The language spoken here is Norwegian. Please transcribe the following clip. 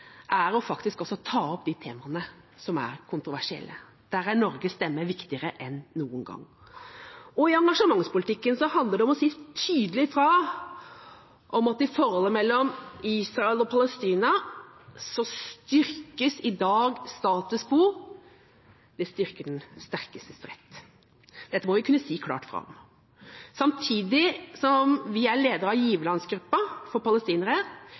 faktisk også å ta opp de temaene som er kontroversielle. Der er Norges stemme viktigere enn noen gang. I engasjementspolitikken handler det om å si tydelig fra om at i forholdet mellom Israel og Palestina styrkes i dag status quo, det styrker den sterkestes rett. Dette må vi kunne si klart fra om. Samtidig som vi er leder av giverlandsgruppa for